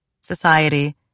society